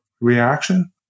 reaction